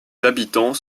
habitants